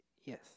Yes